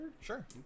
Sure